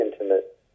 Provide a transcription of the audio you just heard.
intimate